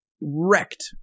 wrecked